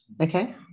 Okay